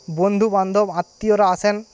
বন্ধুবান্ধব আত্মীয়রা আসেন